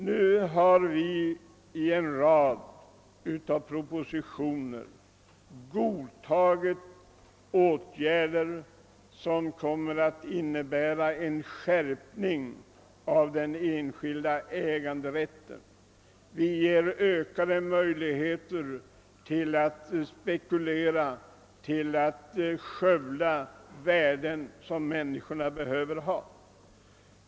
Nu har vi i en rad propositioner godtagit åtgärder som kommer att innebära en skärpning av den enskilda äganderätten. Vi ger ökade möjligheter till att spekulera, till att skövla de värden som människorna behöver ha.